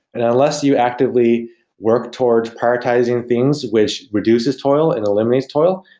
and unless you actively work towards prioritizing things which reduces toil and eliminates toil,